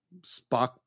spock